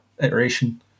iteration